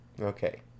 Okay